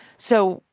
so,